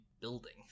building